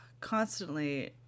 constantly